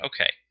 Okay